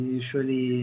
usually